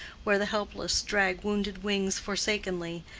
where the helpless drag wounded wings forsakenly,